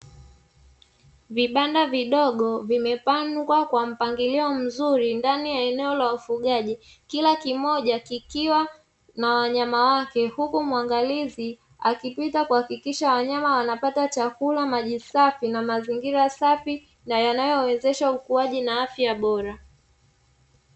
Vibanda vidogo vimepangwa kwa mpangilio mzuri ndani ya eneo la ufugaji. Kila kimoja kikiwa na wanyama wake, huku muangalizi akipita kuhakikisha wanyama wanapata chakula, maji safi na mazingira safi na yanayowezesha ukuaji na afya bora.